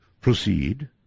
proceed